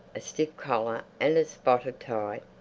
a stiff collar and a spotted tie.